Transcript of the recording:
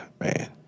man